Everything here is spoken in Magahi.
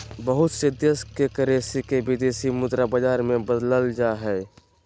बहुत से देश के करेंसी के विदेशी मुद्रा बाजार मे बदलल जा हय